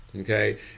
Okay